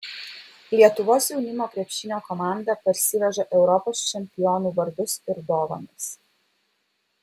lietuvos jaunimo krepšinio komanda parsiveža europos čempionų vardus ir dovanas